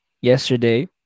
yesterday